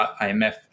IMF